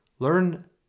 Learn